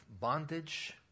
bondage